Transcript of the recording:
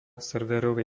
serverovej